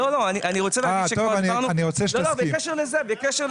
לא, בקשר לזה.